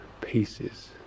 pieces